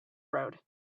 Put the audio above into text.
road